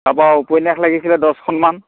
তাপা উপন্যাস লাগিছিলে দহখনমান